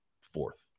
fourth